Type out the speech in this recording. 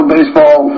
Baseball